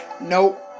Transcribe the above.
nope